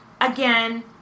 Again